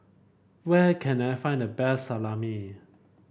where can I find the best Salami